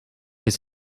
his